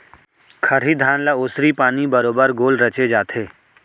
खरही धान ल ओसरी पानी बरोबर गोल रचे जाथे